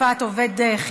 תקיפת עובד חינוך),